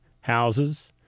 houses